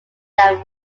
that